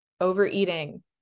overeating